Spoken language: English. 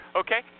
okay